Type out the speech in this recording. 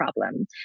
problem